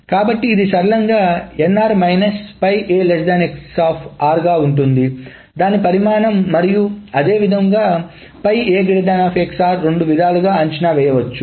కాబట్టి ఇది సరళంగా ఉంటుంది దాని పరిమాణం మరియు అదేవిధంగా రెండు విధాలుగా అంచనా వేయవచ్చు